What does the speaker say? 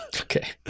okay